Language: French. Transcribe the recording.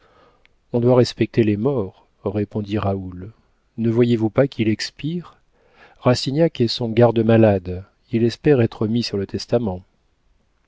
on doit respecter les morts répondit raoul ne voyez-vous pas qu'il expire rastignac est son garde-malade il espère être mis sur le testament